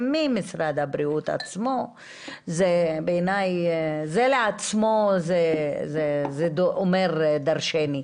ממשרד הבריאות עצמו - בעיניי זה כשלעצמו אומר דרשני.